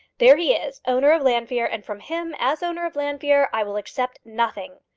there he is, owner of llanfeare, and from him, as owner of llanfeare, i will accept nothing.